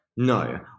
no